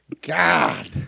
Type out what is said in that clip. God